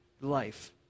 life